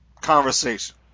conversation